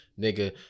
nigga